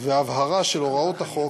והבהרה של הוראות החוק,